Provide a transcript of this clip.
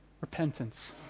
repentance